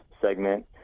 segment